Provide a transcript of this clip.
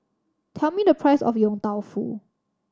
tell me the price of Yong Tau Foo